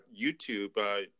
YouTube